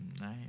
Nice